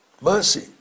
Mercy